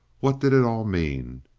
what did it all mean?